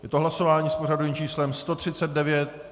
Je to hlasování s pořadovým číslem 139.